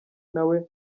nawe